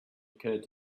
occured